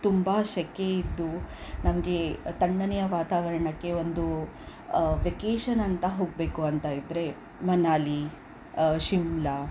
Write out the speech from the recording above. ತುಂಬ ಸೆಕೆಯಿದ್ದು ನಮಗೆ ತಣ್ಣನೆಯ ವಾತಾವರಣಕ್ಕೆ ಒಂದು ವೆಕೇಷನ್ ಅಂತ ಹೋಗಬೇಕು ಅಂತ ಇದ್ದರೆ ಮನಾಲಿ ಶಿಮ್ಲಾ